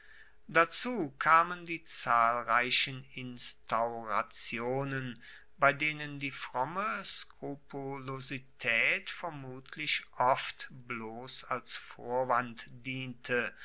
dazu kamen die zahlreichen instaurationen bei denen die fromme skrupulositaet vermutlich oft bloss als vorwand diente